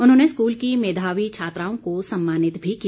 उन्होंने स्कूल की मेधावी छात्राओं को सम्मानित भी किया